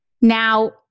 now